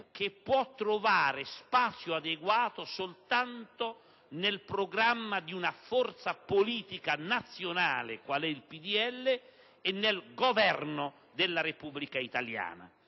che può trovare spazio adeguato soltanto nel programma di una forza politica nazionale qual è il PdL e nel Governo della Repubblica italiana.